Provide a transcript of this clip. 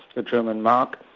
the german mark,